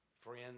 friends